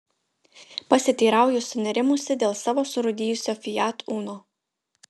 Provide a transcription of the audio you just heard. pasiteirauju sunerimusi dėl savo surūdijusio fiat uno